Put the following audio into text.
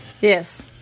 Yes